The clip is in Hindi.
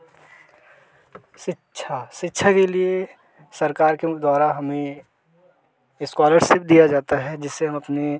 शिक्षा शिक्षा के लिए सरकार के द्वारा हमें स्कॉलरसिप दिया जाता है जिससे हम अपने